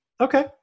Okay